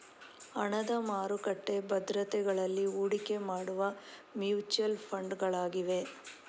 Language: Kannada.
ಹಣದ ಮಾರುಕಟ್ಟೆ ಭದ್ರತೆಗಳಲ್ಲಿ ಹೂಡಿಕೆ ಮಾಡುವ ಮ್ಯೂಚುಯಲ್ ಫಂಡುಗಳಾಗಿವೆ